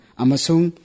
amasung